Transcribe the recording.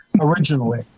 originally